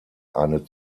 eine